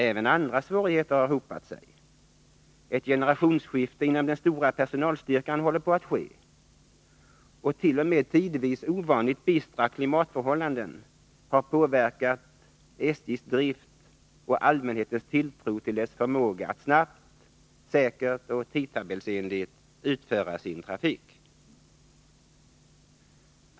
Även andra svårigheter har hopat sig — ett generationsskifte håller på att ske inom den stora personalstyrkan, och t.o.m. tidvis ovanligt bistra klimatförhållanden har påverkat SJ:s drift och allmänhetens tilltro till dess förmåga att snabbt, säkert och tidtabellsenligt utföra sin trafik.